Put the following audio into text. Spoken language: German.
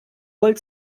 voll